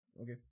Okay